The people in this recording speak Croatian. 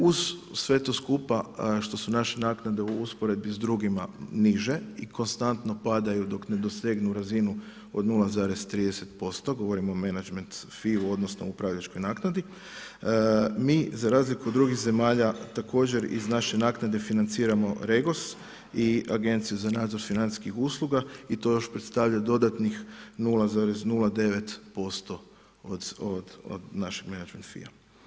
Uz sve to skupa što su naše naknade u usporedbi s drugima niže i konstantno padaju dok ne dosegnu razinu od 0,30%, govorimo o menadžment fiju, odnosno upravljačkoj naknadi, mi za razliku od drugih zemalja također iz naše naknade financiramo REGOS i agenciju za nadzor financijskih usluga i to još predstavlja dodatnih 0,09% od našeg menadžment fija.